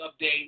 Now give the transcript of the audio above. update